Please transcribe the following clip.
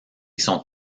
sont